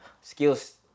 skills